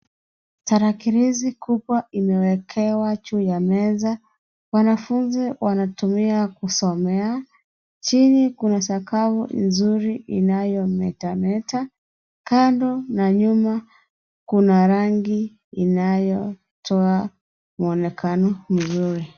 Tarakilishi kubwa imewekewa juu ya meza. Wanafunzi wametumia kusomea. Chini kuna sakafu vizuri inayometameta. Kando na nyuma kuna rangi inayotoa mwonekano nzuri.